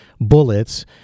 bullets